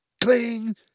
Cling